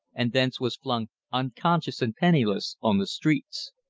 and thence was flung unconscious and penniless on the streets.